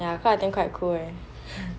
ya cause I think quite cool eh